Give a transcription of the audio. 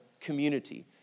community